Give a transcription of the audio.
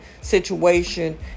situation